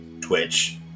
Twitch